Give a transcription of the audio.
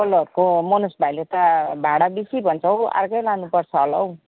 पल्लो घरको मनोज भाइले त भाँडा बेसी भन्छौ अर्कै लानुपर्छ होला हौ